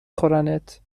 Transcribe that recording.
خورنت